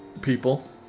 people